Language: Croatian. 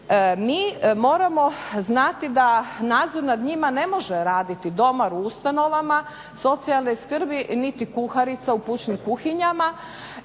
Mi moramo znati da nadzor nad njima ne može raditi dobar u ustanovama socijalne skrbi niti kuharica u pučkim kuhinjama